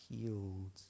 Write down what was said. healed